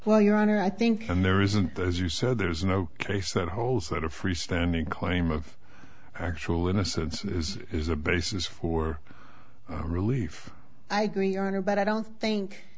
honor i think and there isn't as you said there is no case that whole set of free standing claim of actual innocence is is a basis for relief i agree honor but i don't think